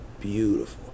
beautiful